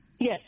Yes